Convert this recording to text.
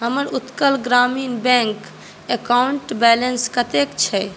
हमर Utkal Gramin bank account क balance कतेक छै